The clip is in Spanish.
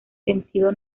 sentido